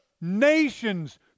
nation's